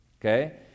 Okay